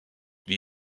wie